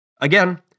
Again